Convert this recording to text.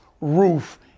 roof